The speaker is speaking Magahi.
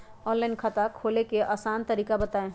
ऑनलाइन खाता खोले के आसान तरीका बताए?